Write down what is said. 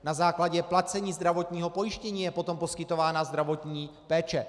Na základě placení zdravotního pojištění je potom poskytována zdravotní péče.